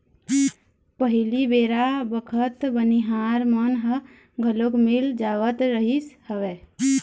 पहिली बेरा बखत बनिहार मन ह घलोक मिल जावत रिहिस हवय